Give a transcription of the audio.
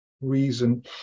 reason